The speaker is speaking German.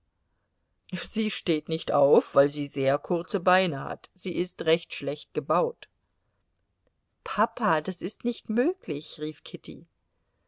sie steht nicht auf weil sie sehr kurze beine hat sie ist recht schlecht gebaut papa das ist nicht möglich rief kitty